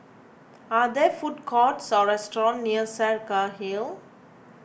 are there food courts or restaurants near Saraca Hill